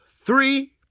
three